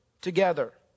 together